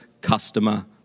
customer